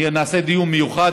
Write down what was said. נעשה דיון מיוחד.